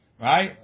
Right